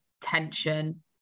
tension